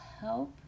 help